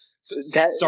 Sorry